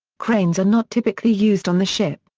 cranes are not typically used on the ship,